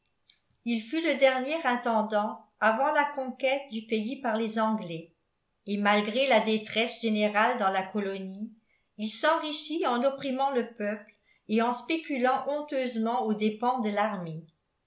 il fut le dernier intendant avant la conquête du pays par les anglais et malgré la détresse générale dans la colonie il s'enrichit en opprimant le peuple et en spéculant honteusement aux dépens de l'armée